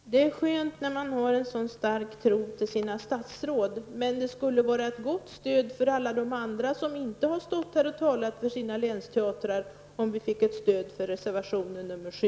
Herr talman! Det är skönt när man har en sådan starkt tro på sina statsråd. Men det skulle vara ett gott stöd för alla de andra som inte har stått här och talat för sina länsteatrar om vi fick stöd för reservation 7.